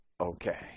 okay